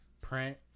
Print